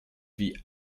wie